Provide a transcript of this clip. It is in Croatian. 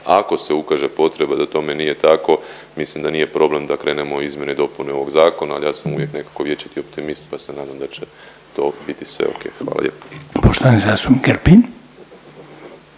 Ako se ukaže potreba da tome nije tako mislim da nije problem da krenemo u izmjene i dopune ovog zakona ali ja sam uvijek nekako vječiti optimist pa se nadam da će to biti sve ok. Hvala lijepa. **Reiner,